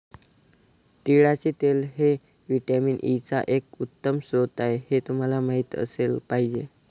तिळाचे तेल हे व्हिटॅमिन ई चा एक उत्तम स्रोत आहे हे तुम्हाला माहित असले पाहिजे